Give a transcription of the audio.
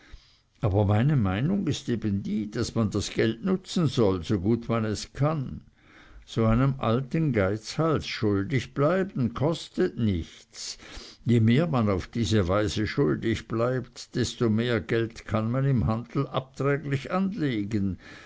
aber meine meinung ist eben die daß man das geld nutzen soll so gut man kann so einem alten geizhals schuldig bleiben kostet nichts je mehr man auf diese weise schuldig bleibt desto mehr geld kann man im handel abträglich anlegen